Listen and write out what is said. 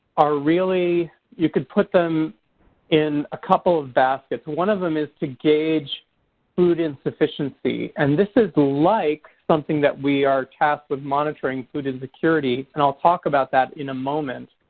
are really you could put them in a couple of baskets. one of them is to gauge food insufficiency. and this is like something that we are tasked with monitoring food insecurity and i'll talk about that in a moment,